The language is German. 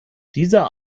dieser